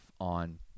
on